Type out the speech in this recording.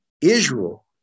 Israel